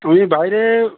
আমি বাইরে